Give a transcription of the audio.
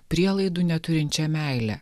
prielaidų neturinčia meile